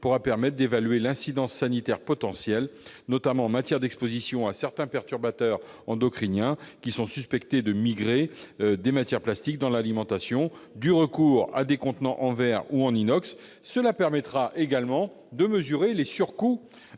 prévue permettra d'évaluer l'incidence sanitaire potentielle, notamment en matière d'exposition à certains perturbateurs endocriniens qui sont suspectés de migrer des matières plastiques dans l'alimentation, du recours à des contenants en verre ou en inox. Elle permettra également de mesurer les surcoûts-